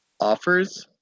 offers